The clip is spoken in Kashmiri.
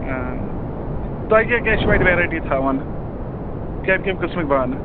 تۄہہِ کیٛاہ کیٛاہ چھُ اَتہِ ویرایٹی تھاوَان کَمہِ کَمہِ قٕسمٕکۍ بانہٕ